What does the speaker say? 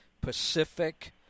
Pacific